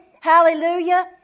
Hallelujah